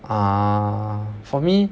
err for me